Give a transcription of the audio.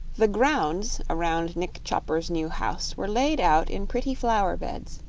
the grounds around nick chopper's new house were laid out in pretty flower-beds,